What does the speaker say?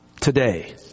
today